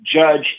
judge